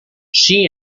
she